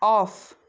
off